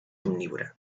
omnívora